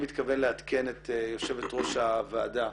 לעדכן יושבת ראש הוועדה,